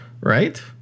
right